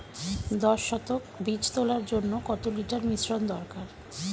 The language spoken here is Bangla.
দশ শতক বীজ তলার জন্য কত লিটার মিশ্রন দরকার?